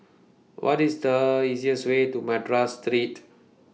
What IS The easiest Way to Madras Street